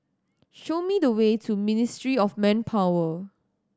show me the way to Ministry of Manpower